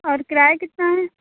اور کرایہ کتنا ہے